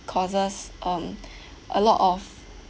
causes um a lot of